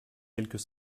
quelques